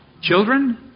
Children